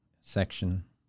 section